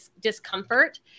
discomfort